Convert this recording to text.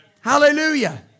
Hallelujah